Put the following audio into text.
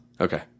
Okay